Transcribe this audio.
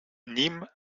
nîmes